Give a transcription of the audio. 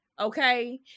okay